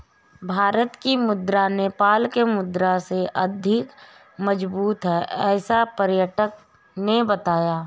भारत की मुद्रा नेपाल के मुद्रा से अधिक मजबूत है ऐसा पर्यटक ने बताया